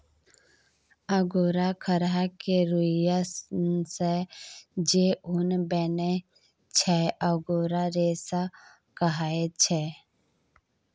angora खरहा केर रुइयाँ सँ जे उन बनै छै अंगोरा रेशा कहाइ छै